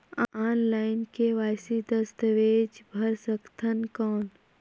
Online KYC दस्तावेज भर सकथन कौन?